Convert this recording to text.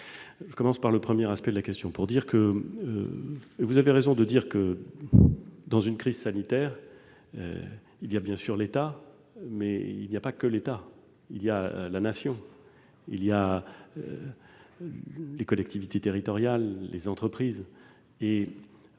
Je commence par le premier aspect de votre intervention. Vous avez raison de le dire, dans une crise sanitaire, il y a bien sûr l'État, mais il n'y a pas que lui : il y a la Nation, les collectivités territoriales et les entreprises.